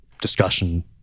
discussion